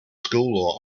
school